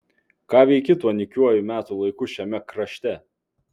ką veiki tuo nykiuoju metų laiku šiame karšte